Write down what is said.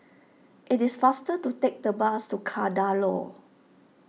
it is faster to take the bus to Kadaloor